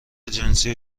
جنسی